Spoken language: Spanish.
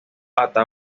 avenida